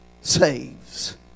saves